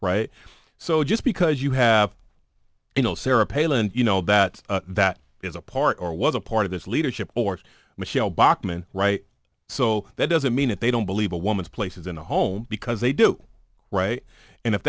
right so just because you have you know sarah palin you know that that is a part or was a part of this leadership or michele bachmann right so that doesn't mean that they don't believe a woman's place is in the home because they do right and if